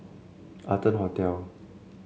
Arton Hotel